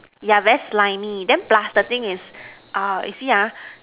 yeah very slimy then plus the thing is uh you see ah